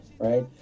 Right